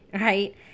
right